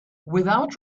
without